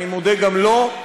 אני מודה גם לו.